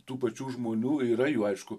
tų pačių žmonių yra jų aišku